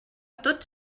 tots